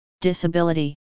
Disability